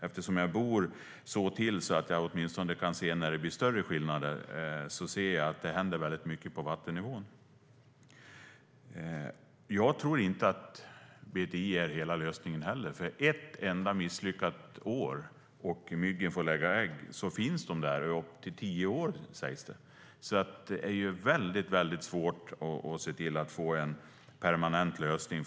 Eftersom jag bor så att jag kan se åtminstone när det blir större skillnader ser jag att det händer mycket med vattennivån. Jag tror inte att BTI är hela lösningen. Om det blir ett enda misslyckat år och myggen får lägga ägg finns de där i upp till tio år, sägs det. Det är väldigt svårt att se till att man får en permanent lösning.